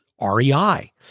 REI